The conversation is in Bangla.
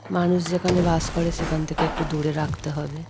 মানুষ যেখানে বাস করে সেখান থেকে একটু দূরে রাখতে হবে